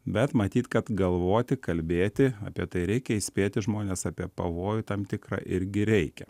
bet matyt kad galvoti kalbėti apie tai reikia įspėti žmones apie pavojų tam tikrą irgi reikia